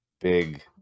big